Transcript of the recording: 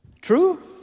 True